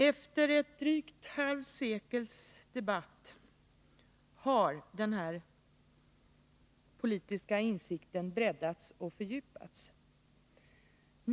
Efter drygt ett halvt sekels debatt har denna politiska insikt breddats och fördjupats.